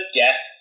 death